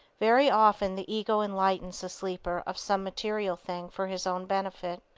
very often the ego enlightens the sleeper of some material thing for his own benefit,